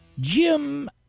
Jim